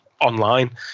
online